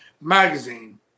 magazine